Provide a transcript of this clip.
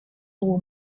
uwo